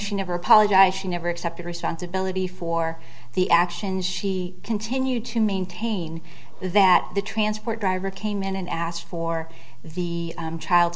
she never apologize she never accepted responsibility for the actions she continued to maintain that the transport driver came in and asked for the child